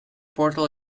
portal